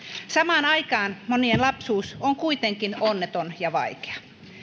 samaan aikaan monien lapsuus on kuitenkin onneton ja vaikea